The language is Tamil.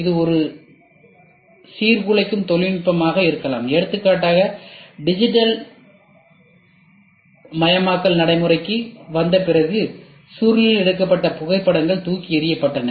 இது ஒரு சீர்குலைக்கும் தொழில்நுட்பமாக கூட இருக்கலாம் எடுத்துக்காட்டாக டிஜிட்டல் மயமாக்கல் நடைமுறைக்கு வந்த பிறகு சுருளில் எடுக்கப்பட்ட புகைப்படங்கள் தூக்கி எறியப்பட்டன